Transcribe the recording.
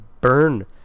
burn